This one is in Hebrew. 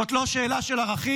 זאת לא שאלה של ערכים,